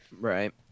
Right